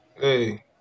Hey